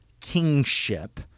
kingship